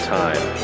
time